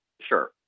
Sure